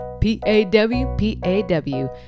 p-a-w-p-a-w